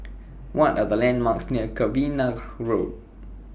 What Are The landmarks near Cavenagh Road